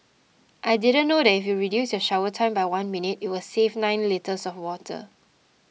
I didn't know that if you reduce your shower time by one minute it will save nine litres of water